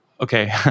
okay